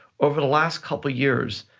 over the last couple years,